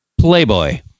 Playboy